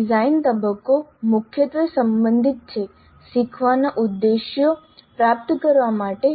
design તબક્કો મુખ્યત્વે સંબંધિત છે શીખવાના ઉદ્દેશો OBE અને